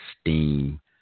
steam